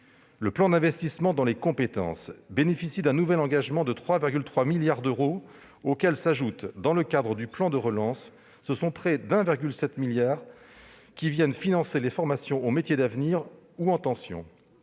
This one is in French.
le plan d'investissement dans les compétences bénéficie d'un nouvel engagement de 3,3 milliards d'euros, auxquels s'ajoutent, dans le cadre du plan de relance, près de 1,7 milliard d'euros destinés au financement des formations aux métiers d'avenir ou en tension.